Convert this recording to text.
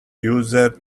user